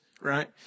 right